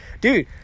Dude